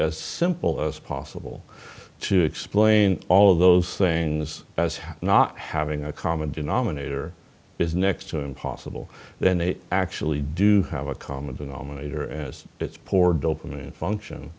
as simple as possible to explain all of those things as not having a common denominator is next to impossible then they actually do have a common denominator and it's poor dope i mean function